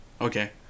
Okay